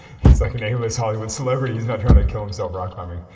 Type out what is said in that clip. he's like an a-list hollywood celebrity, he's not trying to kill himself rock climbing.